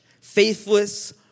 faithless